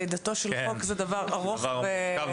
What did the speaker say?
לידתו של חוק זה דבר ארוך ומורכב.